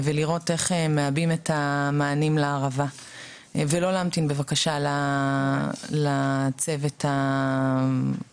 לראות איך מעבים את המענים לערבה ולא להמתין בבקשה לצוות הרחב.